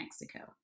Mexico